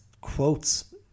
quotes